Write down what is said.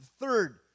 third